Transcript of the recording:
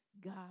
God